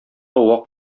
вак